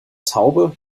taube